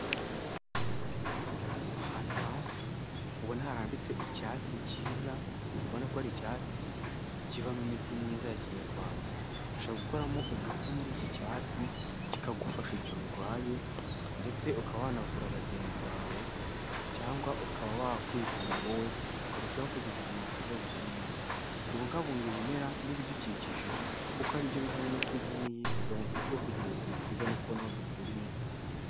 Ahantu hasi ubona harambitse icyatsi kiza, ubona ko ari icyatsi kivamo imiti myiza ya kinyarwanda, ushobora gukoramo umuti muri iki cyatsi, kikagufasha igihe urwaye, ndetse ukaba wanavura bagenzi bawe, cyangwa ukaba wakwivura wowe, ukarushaho kugira ubuzima bwiza buzira umuze. Tubungabunge ibimera n'ibidukikije, kuko ari byo bivamo imiti nk'iyi, kugira ngo turusheho kugira ubuzima bwiza no kubona aho dukura imiti.